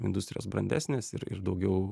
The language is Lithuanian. industrijos brandesnės ir ir daugiau